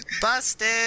Busted